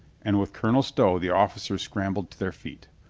and with colonel stow the officers scrambled to their feet.